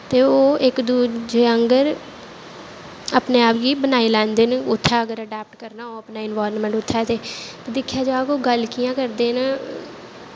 ते ओह् इक दूजे आंह्गर अपनें आप गी बनाई लैंदे न उत्थै अगर करनां होऐ अपना इंवाईरनांमैंट उत्थें ते दिक्खेआ जा गल्ल कि'यां करदे न